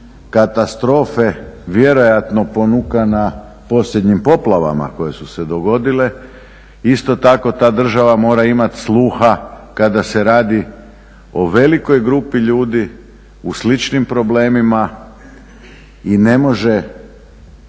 katastrofe, vjerojatno ponukana posljednjim poplavama koje su se dogodile, isto tako ta država mora imati sluha kada se radi o velikoj grupi ljudi u sličnim problemima i ne može